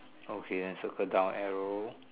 okay then circle down arrow